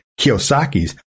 Kiyosaki's